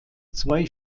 zwei